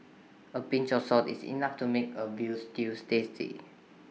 A pinch of salt is enough to make A Veal Stew tasty